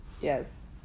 Yes